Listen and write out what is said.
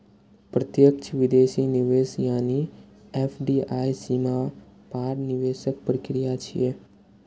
प्रत्यक्ष विदेशी निवेश यानी एफ.डी.आई सीमा पार निवेशक प्रक्रिया छियै